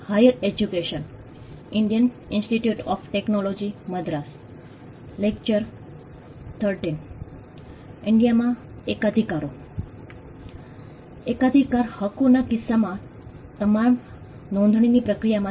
આ લેક્ચમાં મુંબઇ ભારત અને ઘાનામાંથી આંતરદૃષ્ટિ મેળવી આપત્તિ જોખમ શાસનમાં ભાગ લેવા પર કેન્દ્રિત છે